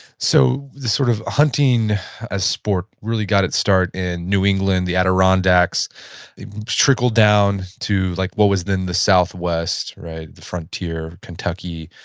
so this sort of hunting as sport really got its start in new england, the adirondacks. it's trickled down to like what was then the south west right, the frontier kentucky,